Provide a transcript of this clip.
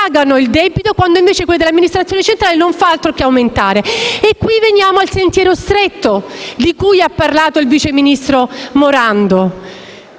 pagano il debito, quando invece quello delle amministrazioni centrali non fa altro che aumentare. E qui veniamo al sentiero stretto di cui ha parlato il vice ministro Morando.